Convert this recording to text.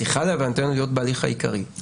צריכה להבנתנו להיות בהליך העיקרי.